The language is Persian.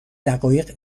دقایق